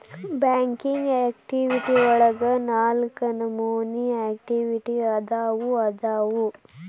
banking activity ಒಳಗ ನಾಲ್ಕ ನಮೋನಿ ಆಕ್ಟಿವಿಟಿ ಅದಾವು ಅದಾವು